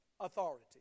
authority